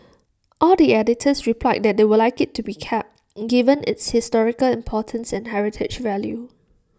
all the editors replied that they would like IT to be kept given its historical importance and heritage value